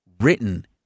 written